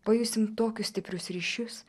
pajusim tokius stiprius ryšius